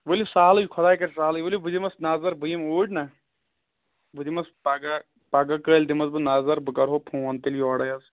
ؤلِو سَہلٕے خۄداے کَرِ سَہلٕے ؤلِو بہٕ دِمَس نظر بہٕ یِم اوٗرۍ نا بہٕ دِمَس پگاہ پگاہ کٲلۍ دِمَس بہٕ نظر بہٕ کَرہو فون تیٚلہِ یورَے حظ